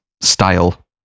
style